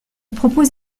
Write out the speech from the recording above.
propose